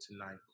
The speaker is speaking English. tonight